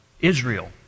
Israel